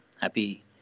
happy